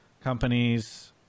companies